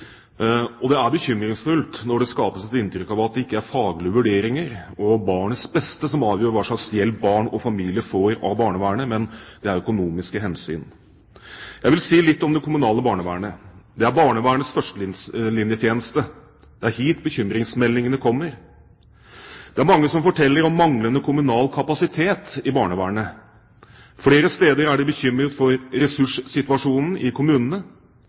faglige vurderinger og barnets beste som avgjør hva slags hjelp barn og familier får av barnevernet, men økonomiske hensyn. Jeg vil si litt om det kommunale barnevernet. Det er barnevernets førstelinjetjeneste. Det er hit bekymringsmeldingene kommer. Det er mange som forteller om manglende kommunal kapasitet i barnevernet. Flere steder er de bekymret for ressurssituasjonen i kommunene.